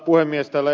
täällä ed